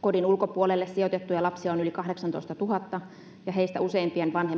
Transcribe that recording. kodin ulkopuolelle sijoitettuja lapsia on yli kahdeksantoistatuhatta ja heistä useimpien vanhemmat